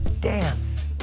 dance